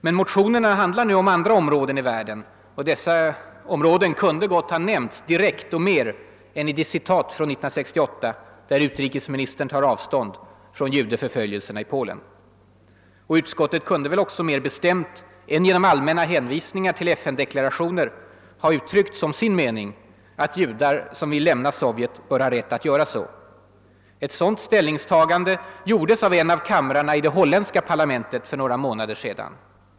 Men motionerna nu handlar om andra områden i världen, och dessa kunde gott ha nämnts direkt och mer än i det citat från 1968 där utrikesministern tar avstånd från judeförföljelserna i Polen. Utskottet kunde också mer bestämt än genom allmänna hänvisningar till FN-deklarationer ha uttryckt som sin mening att judar som vill lämna Sovjet bör ha rätt att göra så. Ett sådant ställningstagande gjordes av en av kamrarna i det holländska parlamentet för några månader sedan.